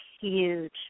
huge